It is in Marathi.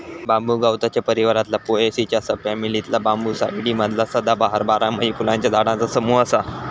बांबू गवताच्या परिवारातला पोएसीच्या सब फॅमिलीतला बांबूसाईडी मधला सदाबहार, बारमाही फुलांच्या झाडांचा समूह असा